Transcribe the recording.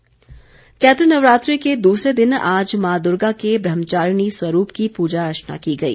नवरात्रे चैत्र नवरात्रे के दूसरे दिन आज मां दुर्गा के ब्रह्मचारिणी स्वरूप की पूजा अर्चना की गई